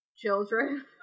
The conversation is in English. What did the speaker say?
children